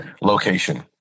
location